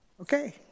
okay